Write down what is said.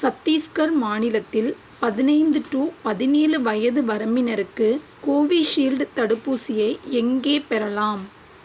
சத்தீஸ்கர் மாநிலத்தில் பதினைந்து டு பதினேழு வயது வரம்பினருக்கு கோவிஷீல்டு தடுப்பூசியை எங்கே பெறலாம்